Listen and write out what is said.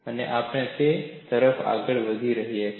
અને આપણે તે તરફ આગળ વધી રહ્યા છીએ